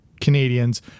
Canadians